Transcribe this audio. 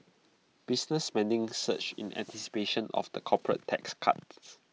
business spending surged in anticipation of the corporate tax cuts